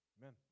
Amen